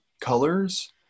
colors